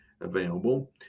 available